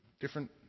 Different